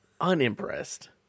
Unimpressed